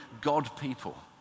God-people